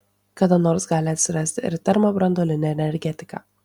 kada nors gali atsirasti ir termobranduolinė energetika